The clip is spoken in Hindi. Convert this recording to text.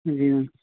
जी मैम